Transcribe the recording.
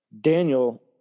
Daniel